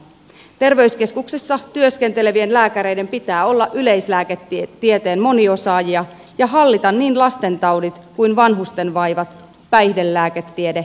terveyskeskuksissa työskentelevien lääkäreiden pitää olla yleislääketieteen moniosaajia ja hallita niin lastentaudit kuin vanhusten vaivat päihdelääketiede ja psykiatria